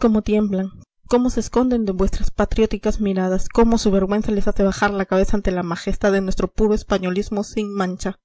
cómo tiemblan cómo se esconden de vuestras patrióticas miradas cómo su vergüenza les hace bajar la cabeza ante la majestad de nuestro puro españolismo sin mancha